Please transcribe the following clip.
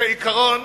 כעיקרון,